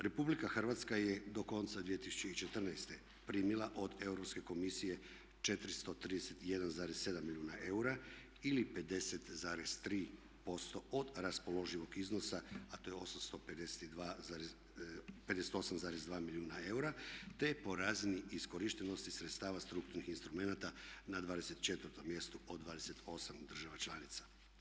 Republika Hrvatska je do konca 2014. primila od Europske komisije 431,7 milijuna eura ili 50,3% od raspoloživog iznosa a to je 858,2 milijuna eura, te je po razini iskorištenosti sredstava strukturnih instrumenata na 24 mjestu od 28 država članica.